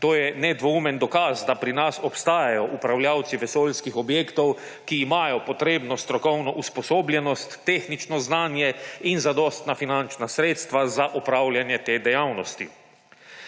To je nedvomno dokaz, da pri nas obstajajo upravljavci vesoljskih objektov, ki imajo potrebno strokovno usposobljenost, tehnično znanje in zadostna finančna sredstva za opravljanje te dejavnosti.